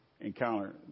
encounter